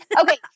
Okay